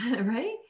right